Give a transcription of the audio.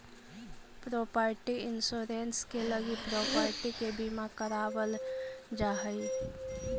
property insurance के लगी property के बीमा करावल जा हई